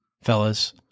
fellas